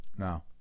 No